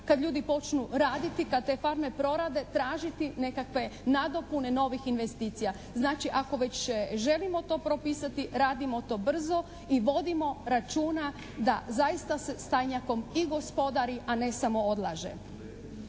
kada ljudi počnu raditi, kada te farme prorade tražiti nekakve nadopune novih investicija. Znači ako već želimo to propisati radimo to brzo i vodimo računa da zaista se stanjakom i gospodari a ne samo odlaže.